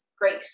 great